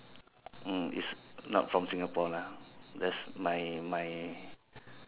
mm it's not from Singapore lah that's my my